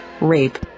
rape